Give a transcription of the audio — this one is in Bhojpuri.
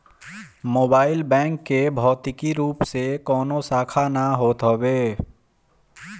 मोबाइल बैंक के भौतिक रूप से कवनो शाखा ना होत हवे